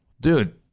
Dude